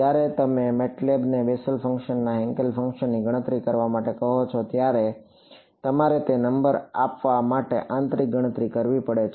જ્યારે તમે MATLAB ને બેસેલ ફંક્શન હેન્કેલ ફંક્શનની ગણતરી કરવા માટે કહો છો ત્યારે તમારે તે નંબર આપવા માટે આંતરિક ગણતરી કરવી પડે છે